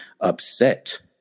upset